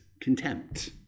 Contempt